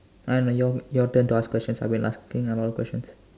and your your turn to ask questions I've been asking a lot of questions